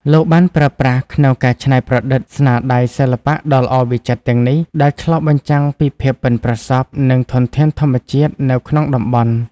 លោកបានប្រើប្រាស់ក្នុងការច្នៃប្រឌិតស្នាដៃសិល្បៈដ៏ល្អវិចិត្រទាំងនេះ ដែលឆ្លុះបញ្ចាំងពីភាពប៉ិនប្រសប់ និងធនធានធម្មជាតិនៅក្នុងតំបន់។